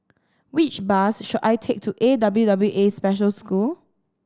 which bus should I take to A W W A Special School